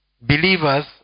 believers